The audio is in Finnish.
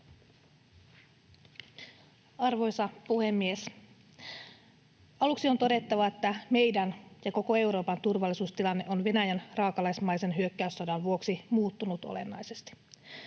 Arvoisa puhemies! Aluksi on todettava, että meidän ja koko Euroopan turvallisuustilanne on Venäjän raakalaismaisen hyökkäyssodan vuoksi muuttunut olennaisesti.